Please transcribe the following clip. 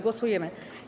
Głosujemy.